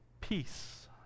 Peace